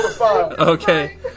Okay